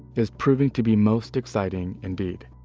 is proving to be most exciting indeed.